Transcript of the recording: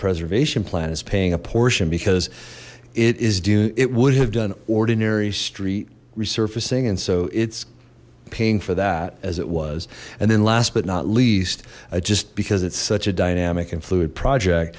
preservation plan is paying a portion because it is do it would have done ordinary street resurfacing and so it's paying for that as it was and then last but not least just because it's such a dynamic and the project